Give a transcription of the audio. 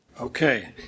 Okay